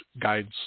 guides